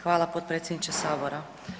Hvala potpredsjedniče Sabora.